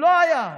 לא היה.